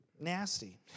nasty